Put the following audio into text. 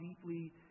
deeply